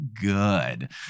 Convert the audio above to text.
good